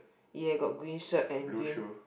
ya got green shirt and green